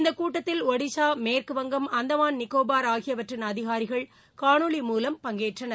இந்தக் கூட்டத்தில் ஒடிசா மேற்கு வங்கம் அந்தமான் நிகோபார் ஆகியவற்றின் அதிகாரிகள் காணொலி மூலம் பங்கேற்றனர்